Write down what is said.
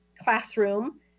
classroom